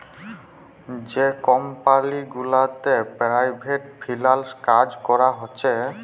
যে কমপালি গুলাতে পেরাইভেট ফিল্যাল্স কাজ ক্যরা হছে